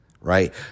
right